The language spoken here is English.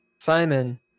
Simon